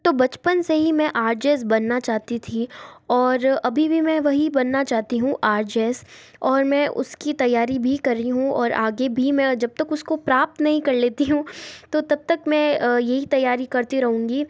तो बचपन से ही मैं आर जे एस बनना चाहती थी और अभी भी मैं वही बनना चाहती हूँ आर जे एस और मैं उसकी तैयारी भी कर रही हूँ और आगे भी मैं जब तक उसको प्राप्त नहीं कर लेती हूँ तो तब तक मैं यही तैयारी करती रहूँगी